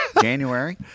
January